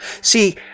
See